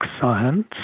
science